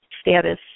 status